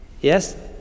Yes